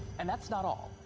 and that's not all.